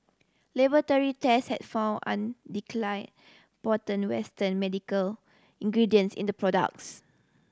laboratory test had found undeclared potent western medical ingredients in the products